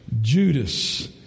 Judas